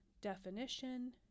definition